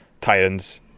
Titans